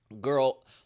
Girl